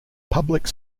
public